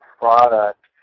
product